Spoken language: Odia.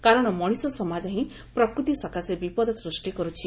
କାରଣ ମଣିଷ ସମାଜ ହିଁ ପ୍ରକୃତି ସକାଶେ ବିପଦ ସୃଷ୍ଟି କରୁଛି